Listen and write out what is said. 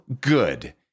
good